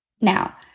Now